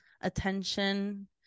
attention